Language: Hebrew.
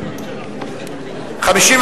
סעיף